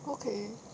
不可以 leh